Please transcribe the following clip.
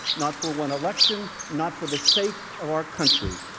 not for one election, not for the sake of our country.